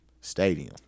stadium